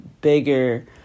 bigger